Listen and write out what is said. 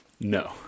No